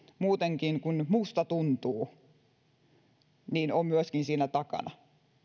muutenkin kuin musta tuntuu on myöskin siinä takana